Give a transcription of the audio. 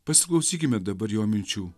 pasiklausykime dabar jo minčių